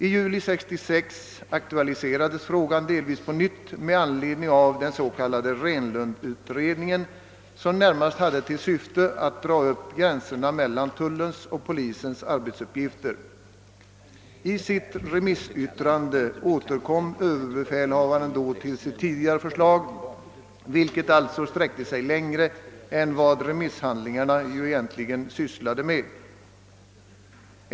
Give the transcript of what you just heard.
I juli 1966 aktualiserades frågan delvis på nytt med anledning av den s.k. Renlundutredningen, som närmast hade till syfte att dra upp gränserna mellan tullens. och polisens arbetsuppgifter. I sitt remissyttrande återkom överbefälhavaren till sitt tidigare förslag, vilket alltså sträckte sig längre än vad remisshandlingarna egentligen gjorde.